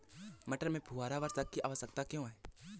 मटर में फुहारा वर्षा की आवश्यकता क्यो है?